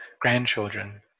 grandchildren